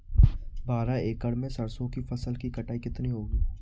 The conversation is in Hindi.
बारह एकड़ में सरसों की फसल की कटाई कितनी होगी?